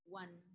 one